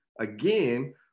again